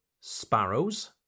sparrows